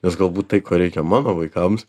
nes galbūt tai ko reikia mano vaikams